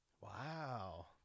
wow